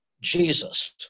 Jesus